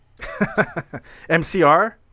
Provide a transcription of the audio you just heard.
MCR